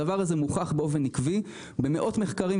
הדבר הזה מוכח באופן עקבי במאות מחקרים,